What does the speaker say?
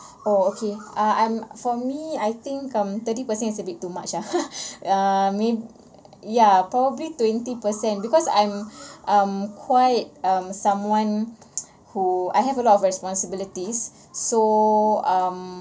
oh okay uh I'm for me I think um thirty percent is a bit too much ah err mayb~ ya probably twenty percent because I'm um quite um someone who I have a lot of responsibilities so um